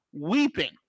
weeping